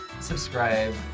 subscribe